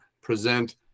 present